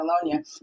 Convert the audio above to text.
Catalonia